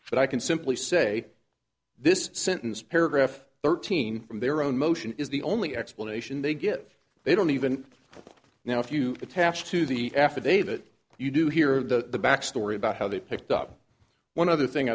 can simply say this sentence paragraph thirteen from their own motion is the only explanation they give they don't even now if you attach to the affidavit you do hear the back story about how they picked up one other thing